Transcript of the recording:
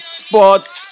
sports